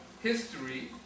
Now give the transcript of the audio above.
history